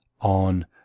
on